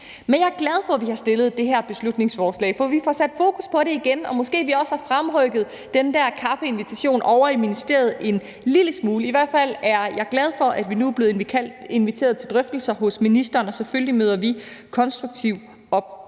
Men jeg er glad for, at vi har fremsat det her beslutningsforslag, for vi får sat fokus på emnet igen, og måske har vi også fremrykket den der kaffeinvitation ovre i ministeriet en lille smule. I hvert fald er jeg glad for, at vi nu er blevet inviteret til drøftelser hos ministeren, og selvfølgelig møder vi op og